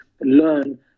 learn